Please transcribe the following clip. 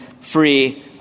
free